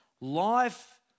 Life